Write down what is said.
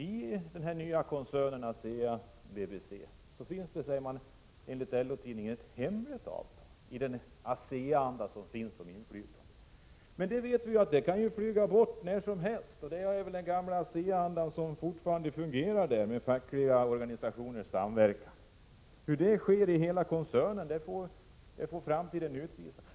I den nya koncernen ASEA-BBC föreligger det enligt LO-tidningen ett hemligt avtal i den ASEA-anda om inflytande som finns. Men vi vet att detta kan flyga bort när som helst. Det gäller väl den gamla ASEA-anda som fortfarande råder, med fackliga organisationers samverkan. Hur det kommer att bli härvidlag i hela koncernen får framtiden utvisa.